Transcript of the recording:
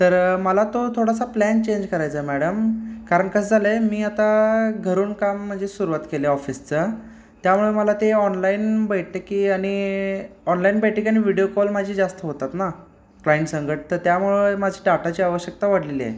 तर मला तो थोडासा प्लॅन चेंज करायचा आहे मॅडम कारण कसं झालं आहे मी आता घरून काम म्हणजे सुरुवात केलं आहे ऑफिसचं त्यामुळे मला ते ऑनलाईन बैठकी आणि ऑनलाईन बैठकी आणि विडिओ कॉल माझे जास्त होतात ना क्लाईंट संगत तर त्यामुळे माझी डाटाची आवश्यकता वाढलेली आहे